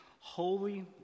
Holy